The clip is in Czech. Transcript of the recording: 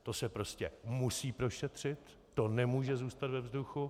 To se prostě musí prošetřit, to nemůže zůstat ve vzduchu.